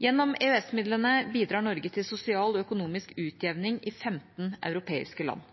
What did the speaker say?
Gjennom EØS-midlene bidrar Norge til sosial og økonomisk utjevning i 15 europeiske land.